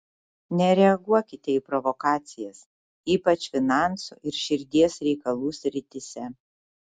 nereaguokite į provokacijas ypač finansų ir širdies reikalų srityse